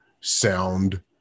sound